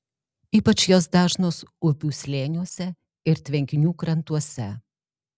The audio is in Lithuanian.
ypač jos dažnos upių slėniuose ir tvenkinių krantuose